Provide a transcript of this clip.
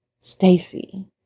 Stacy